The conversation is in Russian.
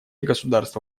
государства